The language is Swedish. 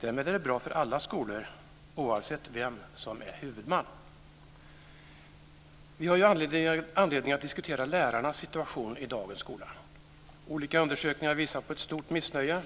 Därmed är det bra för alla skolor, oavsett vem som är huvudman. Vi har ju anledning att diskutera lärarnas situation i dagens skola. Olika undersökningar visar på ett stort missnöje.